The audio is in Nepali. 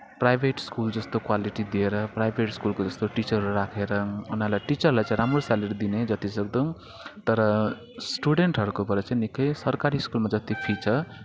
प्राइभेट स्कुलजस्तो क्वालिटी दिएर प्राइभेट स्कुलको जस्तो टिचरहरू राखेर उनीहरूलाई टिचरलाई चाहिँ राम्रो सेलरी दिने जतिसक्दो तर स्टुडेन्टहरूकोबाट चाहिँ निकै सरकारी स्कुलमा जति फी छ